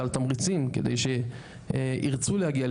סל תמריצים כדי שירצו להגיע,